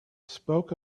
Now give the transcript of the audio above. spoke